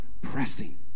pressing